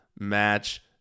match